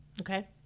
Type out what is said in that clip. Okay